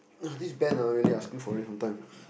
uh this Ben ah really asking for it sometimes